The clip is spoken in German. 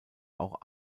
auch